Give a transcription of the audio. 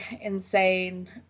insane